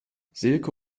silke